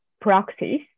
practice